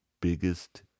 biggest